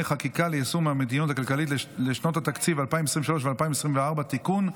חקיקה ליישום המדיניות הכלכלית לשנות התקציב 2023 ו-2024) (תיקון),